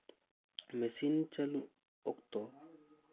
machine ᱪᱟᱹᱞᱩᱜ ᱚᱠᱛᱚ